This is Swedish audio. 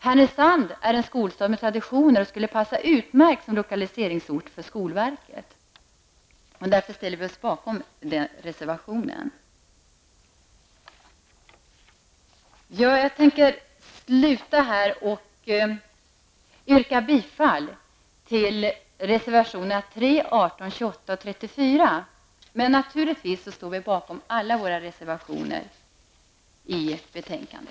Härnösand är en skolstad med traditioner som skulle passa utmärkt som lokaliseringsort för skolverket. Vi i miljöpartiet ställer oss därför bakom reservation nr 28. Jag vill avslutningsvis yrka bifall till reservationerna 3, 18, 28 och 34, men naturligtvis står vi i miljöpartiet bakom alla våra reservationer vid utskottets betänkande.